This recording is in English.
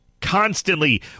constantly